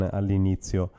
all'inizio